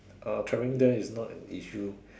uh travelling there is not an issue